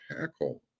tackle